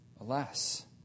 alas